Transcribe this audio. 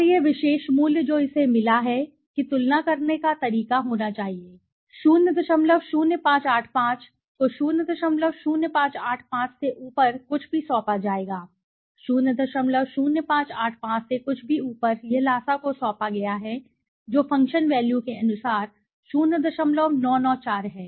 और यह विशेष मूल्य जो इसे मिला है कि तुलना करने का तरीका होना चाहिए 00585 को 00585 से ऊपर कुछ भी सौंपा जाएगा 00585 से कुछ भी ऊपर यह ल्हासा को सौंपा गया है जो फ़ंक्शन वैल्यू के अनुसार 0994 है